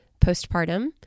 postpartum